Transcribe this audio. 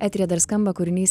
eteryje dar skamba kūrinys